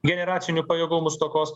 generacinių pajėgumų stokos